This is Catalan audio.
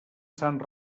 sant